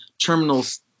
terminals